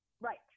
Right